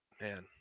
Man